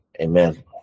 Amen